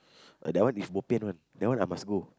uh that one is bobian one that one I must go